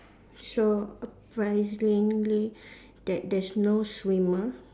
surprisingly that there's no swimmer